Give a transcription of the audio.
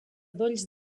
dolls